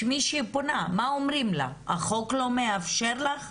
שמישהי פונה, מה אומרים לה, החוק לא מאפשר לך?